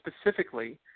specifically